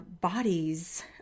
bodies